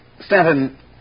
Stanton